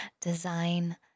design